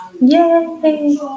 Yay